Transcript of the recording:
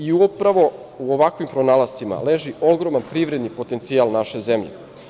Upravo u ovakvim pronalascima leži ogroman privredni potencijal naše zemlje.